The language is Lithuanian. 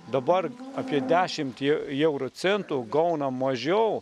dabar apie dešimtį euro centų gauna mažiau